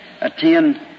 attend